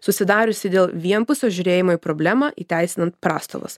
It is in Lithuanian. susidariusi dėl vienpusio žiūrėjimo į problemą įteisinant prastovas